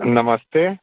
नमस्ते